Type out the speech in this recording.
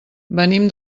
venim